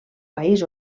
país